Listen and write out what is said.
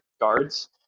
guards